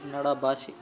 ಕನ್ನಡ ಭಾಷೆ